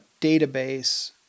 database